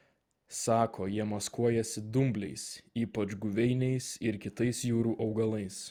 sako jie maskuojasi dumbliais ypač guveiniais ir kitais jūrų augalais